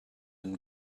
and